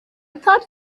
thought